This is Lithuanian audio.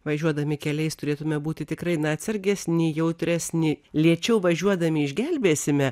važiuodami keliais turėtume būti tikrai na atsargesni jautresni lėčiau važiuodami išgelbėsime